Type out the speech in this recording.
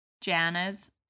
Jana's